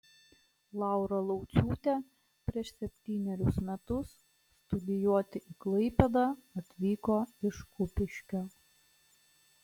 laura lauciūtė prieš septynerius metus studijuoti į klaipėdą atvyko iš kupiškio